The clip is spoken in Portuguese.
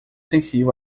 sensível